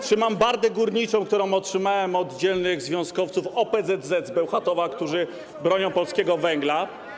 Trzymam bardę górniczą, którą otrzymałem od dzielnych związkowców OPZZ z Bełchatowa, którzy bronią polskiego węgla.